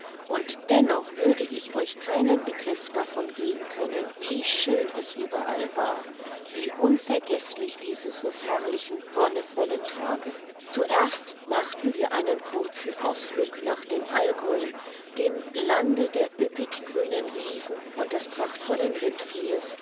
und dennoch würde ich euch keinen begriff davon geben können wie schön es überall war wie unvergeßlich diese so herrlichen wonnevollen tage zuerst machten wir einen kurzen ausflug nach dem algäu dem lande der üppig grünen wiesen und des prachtvollen rindviehes